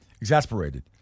exasperated